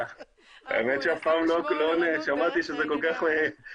יש כאן משהו שנקרא פקיד הסדר שהוא בעצם